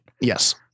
Yes